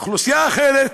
לאוכלוסייה אחרת.